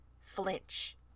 flinch